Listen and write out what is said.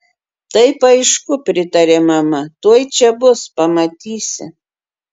taip aišku pritarė mama tuoj čia bus pamatysi